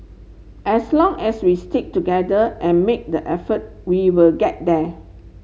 as long as we stick together and make the effort we will get there